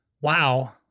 wow